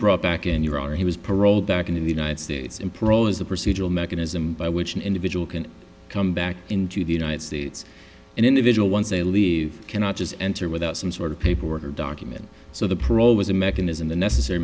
brought back in your honor he was paroled back into the united states and parole is the procedural mechanism by which an individual can come back into the united states and individual once they leave cannot just enter without some sort of paperwork or document so the parole was a mechanism the necessary